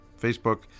Facebook